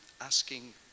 asking